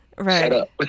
right